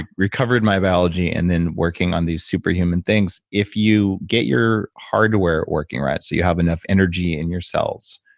recovered my biology, and then working on these superhuman things, if you get your hardware working right so you have enough energy in your cells